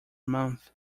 month